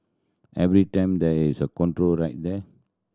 every time there is a control right there